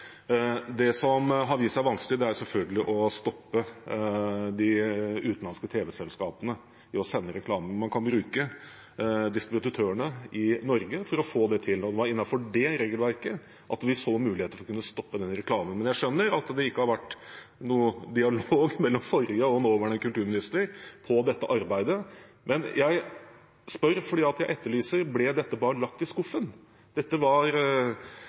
Det som har vist seg vanskelig, er selvfølgelig å stoppe de utenlandske tv-selskapene i å sende reklame. Man kan bruke distributørene i Norge for å få det til. Og det var innenfor det regelverket vi så muligheten til å stoppe den typen reklame. Men jeg skjønner at det ikke har vært noen dialog mellom forrige og nåværende kulturminister om dette arbeidet. Jeg spør, og jeg etterlyser: Ble dette bare lagt i skuffen? Det ble gjort kjent på nasjonalt fjernsyn at dette